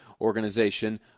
organization